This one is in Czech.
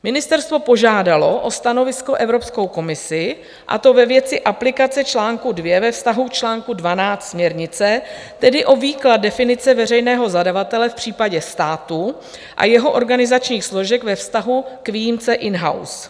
Ministerstvo požádalo o stanovisko Evropskou komisi, a to ve věci aplikace čl. 2 ve vztahu k čl. 12 směrnice, tedy o výklad definice veřejného zadavatele v případě státu a jeho organizačních složek ve vztahu k výjimce inhouse.